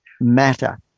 matter